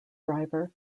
driver